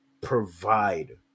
provide